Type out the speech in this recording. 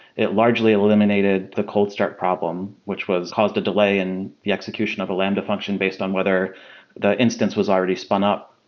it largely eliminated the cold start problem which was caused a delay in the execution of a lambda function based on whether the instance was already spun up.